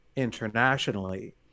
internationally